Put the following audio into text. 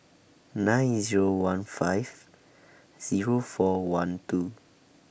nine Zero one five Zero four one two